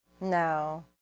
no